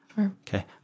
Okay